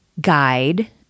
guide